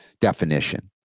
definition